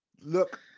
look